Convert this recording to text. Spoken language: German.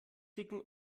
dicken